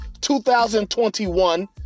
2021